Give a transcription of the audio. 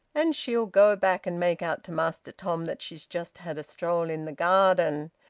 and she'll go back and make out to master tom that she's just had a stroll in the garden!